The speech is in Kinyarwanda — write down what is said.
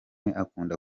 akunda